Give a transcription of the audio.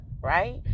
right